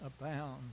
abound